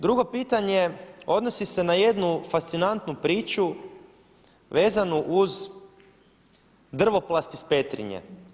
Drugo pitanje, odnosi se na jednu fascinantnu priču vezanu uz Drvoplast iz Petrinje.